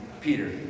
Peter